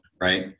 right